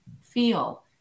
feel